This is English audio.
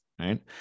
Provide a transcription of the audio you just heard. Right